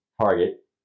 target